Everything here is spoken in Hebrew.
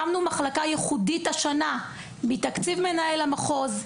הקמנו מחלקה ייחודית השנה מתקציב מנהל המחוז,